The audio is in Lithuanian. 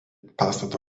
pastato